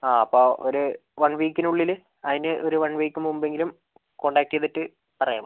ആ അപ്പോൾ ഒരു വൺ വീക്കിനുള്ളിൽ അതിന് ഒരു വൺ വീക്ക് മുമ്പ് എങ്കിലും കോൺടാക്റ്റ് ചെയ്തിട്ട് പറയണം